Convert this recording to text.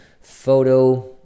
photo